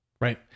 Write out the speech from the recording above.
Right